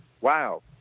wow